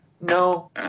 no